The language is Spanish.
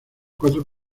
cuatro